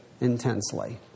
intensely